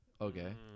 Okay